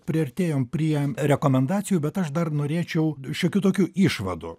priartėjom prie rekomendacijų bet aš dar norėčiau šiokių tokių išvadų